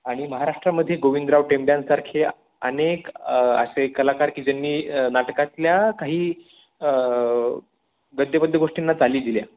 आणि महाराष्ट्रामध्ये गोविंदराव टेंब्यांसारखे अनेक असे कलाकार की ज्यांनी नाटकातल्या काही गद्यपद्य गोष्टींना चाली दिल्या